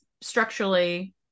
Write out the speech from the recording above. structurally